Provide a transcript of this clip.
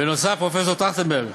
בנוסף פרופסור טרכטנברג,